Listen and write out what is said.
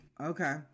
Okay